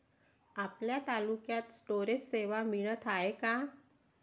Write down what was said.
आपल्या तालुक्यात स्टोरेज सेवा मिळत हाये का?